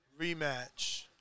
rematch